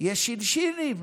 יש שינשינים,